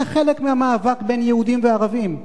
זה חלק מהמאבק בין יהודים לערבים,